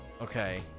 Okay